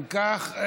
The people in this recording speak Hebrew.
אם כך,